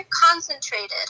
concentrated